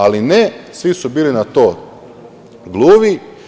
Ali ne, svi su bili na to gluvi.